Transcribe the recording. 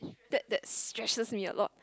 that that stressed me a lot